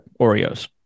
Oreos